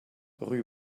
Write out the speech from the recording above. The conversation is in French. rue